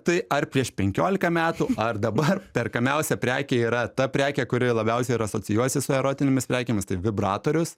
tai ar prieš penkioliką metų ar dabar perkamiausia prekė yra ta prekė kuri labiausiai ir asocijuojasi su erotinėmis prekėmis tai vibratorius